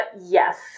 yes